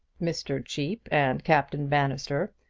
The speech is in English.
mr. cheape and captain bannister,